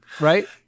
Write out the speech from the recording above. right